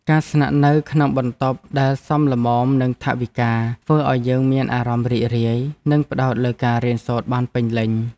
ការស្នាក់នៅក្នុងបន្ទប់ដែលសមល្មមនឹងថវិកាធ្វើឱ្យយើងមានអារម្មណ៍រីករាយ និងផ្តោតលើការរៀនសូត្របានពេញលេញ។